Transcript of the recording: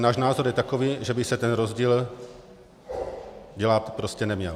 Náš názor je takový, že by se ten rozdíl dělat prostě neměl.